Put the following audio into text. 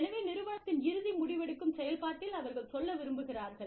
எனவே நிறுவனத்தின் இறுதி முடிவெடுக்கும் செயல்பாட்டில் அவர்கள் சொல்ல விரும்புகிறார்கள்